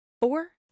four